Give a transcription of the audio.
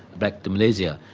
back to malaysia.